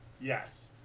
Yes